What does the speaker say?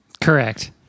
Correct